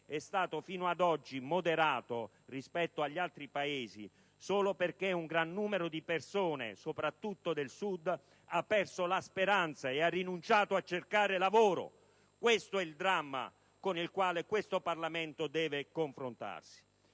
è stato fino ad oggi moderato rispetto agli altri Paesi solo perché un gran numero di persone, soprattutto del Sud, ha perso la speranza e ha rinunciato a cercare lavoro. Questo è il dramma con il quale questo Parlamento deve confrontarsi!